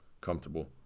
comfortable